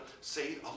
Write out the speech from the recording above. say